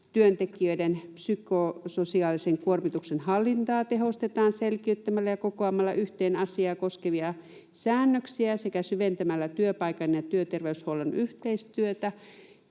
Työntekijöiden psykososiaalisen kuormituksen hallintaa tehostetaan selkiyttämällä ja kokoamalla yhteen asiaa koskevia säännöksiä sekä syventämällä työpaikan ja työterveyshuollon yhteistyötä.”